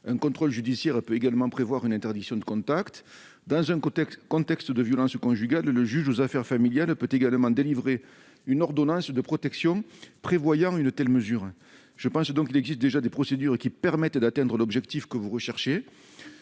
Un contrôle judiciaire peut également prévoir une interdiction de contact. Enfin, dans un contexte de violences conjugales, le juge aux affaires familiales peut également délivrer une ordonnance de protection prévoyant une telle mesure. Ainsi, certaines procédures qui existent déjà permettent d'atteindre l'objectif que vous visez.